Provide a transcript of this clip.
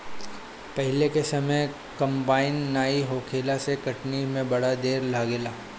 पहिले के समय कंबाइन नाइ होखला से कटनी में बड़ा ढेर समय लागे